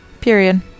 Period